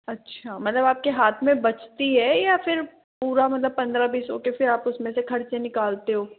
अच्छा मतलब आपके हाथ में बचती है या फिर पूरा मतलब पंद्रह बीस होके आप उसमें से खर्चे निकालते हो